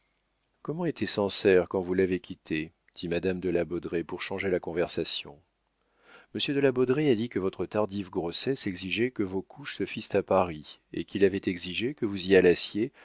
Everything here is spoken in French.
comment était sancerre quand vous l'avez quitté dit madame de la baudraye pour changer la conversation monsieur de la baudraye a dit que votre tardive grossesse exigeait que vos couches se fissent à paris et qu'il avait exigé que vous y allassiez